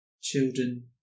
children